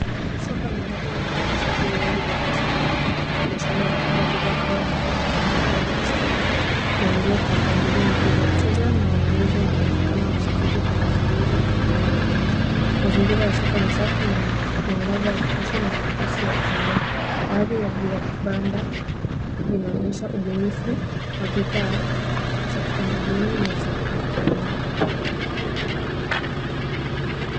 Soko la ndani linaonyesha shughuli nyingi za biashara ambapo wafanyabiashara wamepanga bidhaa kama maua, matunda, kazi za sanaa na nguo kwa mpangilio mzuri. Wateja na wanunuzi wanaonekana wakishiriki kwa mazungumzo na wanunuzi. Mazingira ya soko ni safi yenye mwangaza wa kutosha na nafasi ya kutembea. Baadhi ya banda, vinaonyesha ubunifu wa bidhaa za kitamaduni na za mikono.